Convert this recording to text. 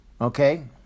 Okay